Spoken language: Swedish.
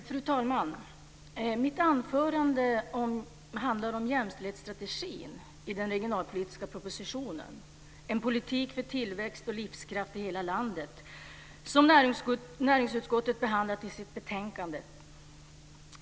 Fru talman! Mitt anförande handlar om jämställdhetsstrategin i den regionalpolitiska propositionen En politik för tillväxt och livskraft i hela landet som näringsutskottet har behandlat i sitt betänkande.